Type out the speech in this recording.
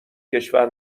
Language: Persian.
کشور